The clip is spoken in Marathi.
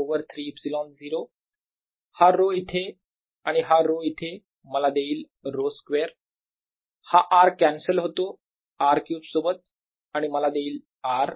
ओवर 3 ε0 हा ρ इथे आणि हा ρ इथे मला देईल ρ स्क्वेअर हा r कॅन्सल होतो r क्यूब सोबत आणि मला देईल r